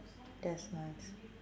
that's right